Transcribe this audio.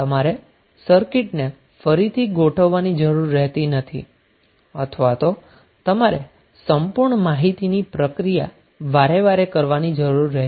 તમારે સર્કિટને ફરીથી ગોઠવવાની જરૂર રહેતી નથી અથવા તો તમારે સંપૂર્ણ માહિતીની પ્રક્રિયા વારે વારે કરવાની જરૂર નથી